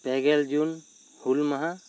ᱯᱮᱜᱮᱞ ᱡᱩᱱ ᱦᱩᱞ ᱢᱟᱦᱟ